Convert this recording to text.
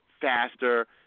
faster